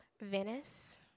Venice